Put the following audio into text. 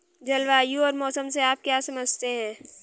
जलवायु और मौसम से आप क्या समझते हैं?